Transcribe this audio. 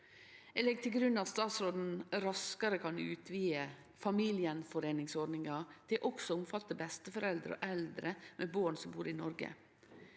Eg legg til grunn at statsråden raskare kan utvide familiegjenforeiningsordninga til også å omfatte besteforeldre og eldre med born som bur i Noreg.